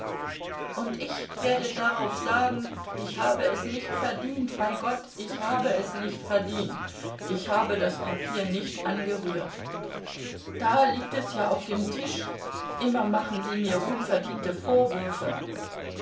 und ich werde darauf sagen ich habe es nicht verdient bei gott ich habe es nicht verdient ich habe das papier nicht angerührt da liegt es ja auf dem tisch immer machen sie mir unverdiente vorwürfe